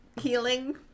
healing